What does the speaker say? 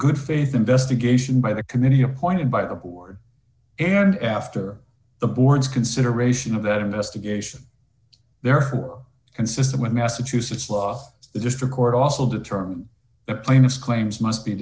good faith investigation by the committee appointed by the board and after the board's consideration of that investigation therefore consistent with massachusetts law the district court also determine the plaintiff's claims must be